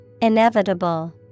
Inevitable